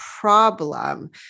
problem